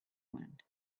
wind